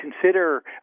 consider